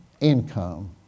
income